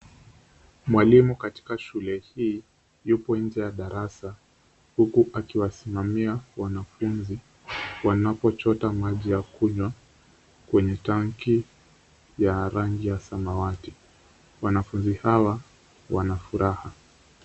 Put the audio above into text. Mwalimu katika shule hii yupo nje ya darasa huku akiwasimamia wanafunzi wanapochota maji ya kunywa kwenye tanki ya rangi ya samawati. Wanafunzi hawa wana furaha.